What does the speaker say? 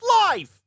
life